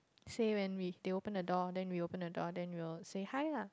say when we they open the door then we open the door then we will say hi lah